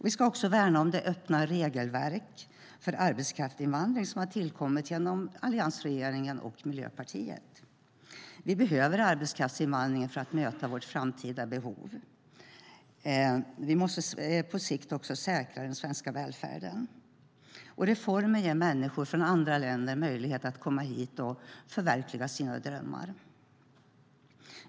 Vi ska också värna om det öppna regelverk för arbetskraftsinvandring som har tillkommit genom alliansregeringen och Miljöpartiet. Vi behöver arbetskraftsinvandringen för att möta vårt framtida behov. Vi måste på sikt säkra den svenska välfärden, och reformen ger också människor från andra länder möjlighet att komma hit och förverkliga sina drömmar.